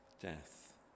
death